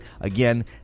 again